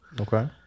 Okay